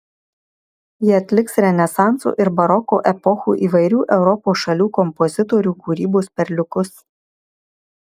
jie atliks renesanso ir baroko epochų įvairių europos šalių kompozitorių kūrybos perliukus